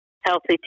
Healthy